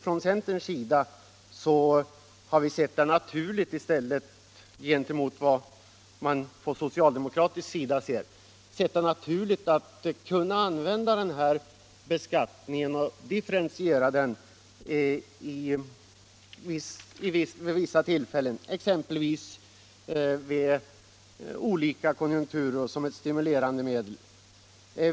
Från centerns sida har vi — i motsats till socialdemokraterna — sett det naturligt att använda denna beskattning också som ett stimulerande medel och att differentiera den vid vissa tillfällen, exempelvis i olika konjunkturlägen.